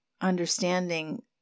understanding